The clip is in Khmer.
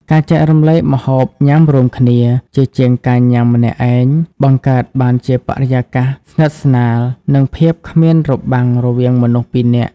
ការចែករំលែកម្ហូបញ៉ាំរួមគ្នា ជាជាងការញ៉ាំម្នាក់ឯង បង្កើតបានជាបរិយាកាសស្និទ្ធស្នាល និងភាពគ្មានរបាំងរវាងមនុស្សពីរនាក់។